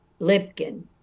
Lipkin